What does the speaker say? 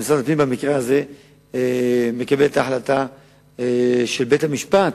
ואז משרד הפנים במקרה הזה מקבל את ההחלטה של בית-המשפט,